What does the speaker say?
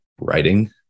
writing